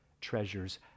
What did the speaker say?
treasures